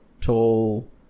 tall